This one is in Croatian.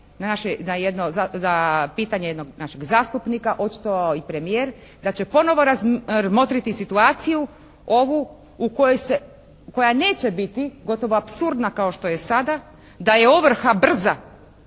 na pitanje jednog našeg zastupnika očitovao i premijer da će ponovo razmotriti situaciju ovu u kojoj se, koja neće biti gotovo apsurdna kao što je sada, da je ovrha brza